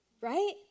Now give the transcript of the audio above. right